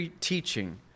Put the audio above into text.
teaching